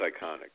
iconic